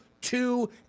two